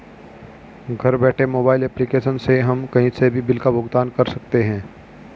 घर बैठे mobile application से हम कही से भी बिल का भुगतान कर सकते है